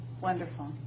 Wonderful